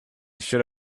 should